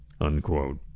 Unquote